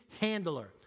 handler